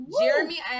Jeremy